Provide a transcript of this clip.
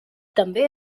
també